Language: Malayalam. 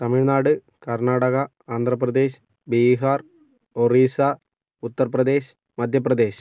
തമിഴ്നാട് കർണാടക ആന്ധ്രാപ്രദേശ് ബീഹാർ ഒറീസ ഉത്തർപ്രദേശ് മധ്യപ്രദേശ്